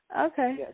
Okay